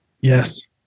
Yes